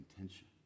intention